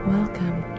Welcome